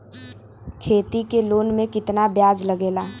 खेती के लोन में कितना ब्याज लगेला?